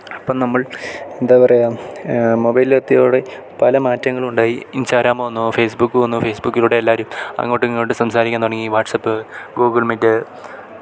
അപ്പം നമ്മൾ എന്താണ് പറയുക മൊബൈല് എത്തിയതോടെ പല മാറ്റങ്ങളുമുണ്ടായി ഈ ഇൻസ്റ്റാഗ്രാം വന്നു ഫേസ്ബുക്ക് വന്നു ഫേസ്ബുക്കിലൂടെ എല്ലാവരും അങ്ങോട്ടും ഇങ്ങോട്ടും സംസാരിക്കാൻ തുടങ്ങി വാട്സ്ആപ്പ് ഗൂഗിൾ മീറ്റ്